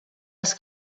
els